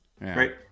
right